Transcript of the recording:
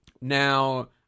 Now